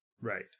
Right